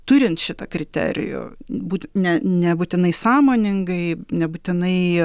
turint šitą kriterijų būt ne nebūtinai sąmoningai nebūtinai